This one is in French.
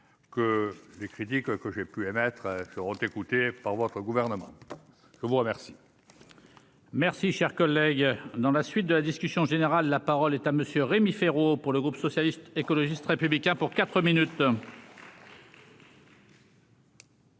que les critiques que j'ai pu émettre seront écoutés par votre gouvernement, je vous remercie. Merci, cher collègue, dans la suite de la discussion générale, la parole est à monsieur Rémi Féraud, pour le groupe socialiste, écologiste républicains pour 4 minutes.